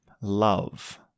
love